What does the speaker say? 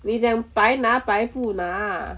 你讲白拿白不拿